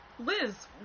Liz